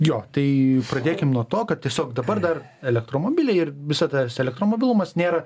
jo tai pradėkim nuo to kad tiesiog dabar dar elektromobiliai ir visa tas elektromobilumas nėra